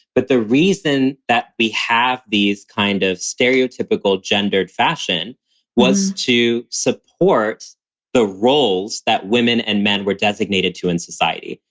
but the reason that we have these kind of stereotypical gendered fashion was to support the roles that women and men were designated to in society.